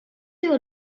your